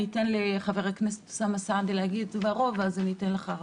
אתן לחבר הכנסת אוסאמה סעדי להגיד את דברו ואז אתן לך רשות דיבור.